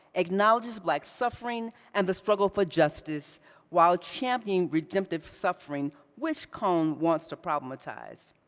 acknowledges black suffering, and the struggle for justice while championing redemptive suffering, which cone wants to problematize.